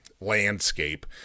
landscape